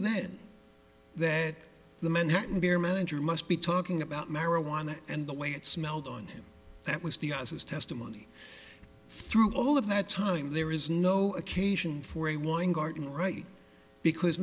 then that the manhattan beer manager must be talking about marijuana and the way it smelled on him that was the us his testimony through all of that time there is no occasion for a